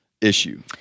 issue